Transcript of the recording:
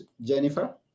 Jennifer